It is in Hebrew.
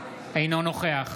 אינו נוכח